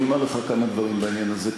אני אומר לך כמה דברים בעניין הזה.